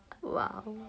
!wow!